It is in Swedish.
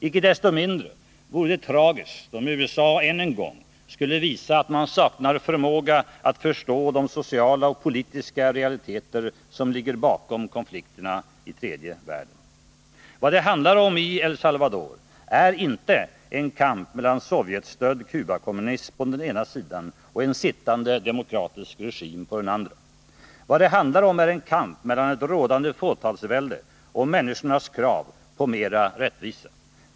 Icke desto mindre vore det tragiskt om USA än en gång skulle visa att man saknar förmåga att förstå de sociala och politiska realiteter som ligger bakom konflikterna i tredje världen. Vad det handlar om i El Salvador är inte en kamp mellan Sovjetstödd Cubakommunism på den ena sidan och en sittande demokratisk regim på den andra. Vad det handlar om är en kamp mellan ett rådande fåtalsvälde och människornas krav på mera rättvisa.